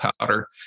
powder